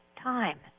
time